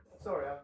Sorry